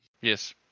Yes